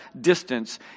distance